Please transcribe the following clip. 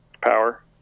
Power